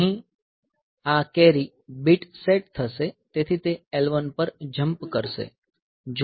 અહીં આ carry bit set થશે તેથી તે L1 પર જમ્પ કરશે